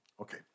okay